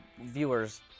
viewers